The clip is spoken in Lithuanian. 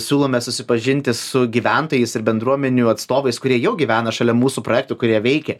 siūlome susipažinti su gyventojais ir bendruomenių atstovais kurie jau gyvena šalia mūsų projektų kurie veikia